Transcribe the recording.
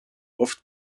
oft